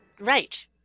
Right